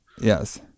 Yes